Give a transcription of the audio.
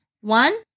One